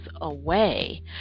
away